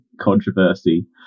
controversy